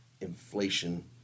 inflation